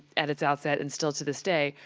at its outset and still to this day,